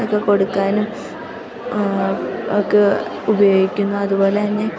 ഒക്കെ കൊടുക്കാനും ഒക്കെ ഉപയോഗിക്കുന്നു അതു പോലെ തന്നെ